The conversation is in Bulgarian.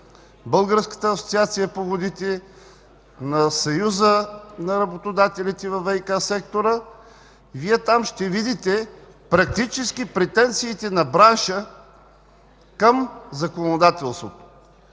Българската асоциация по водите, на Съюза на работодателите във ВиК сектора. Там ще видите практически претенциите на бранша към законодателството.